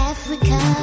Africa